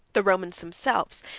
the romans themselves,